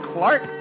Clark